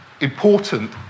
important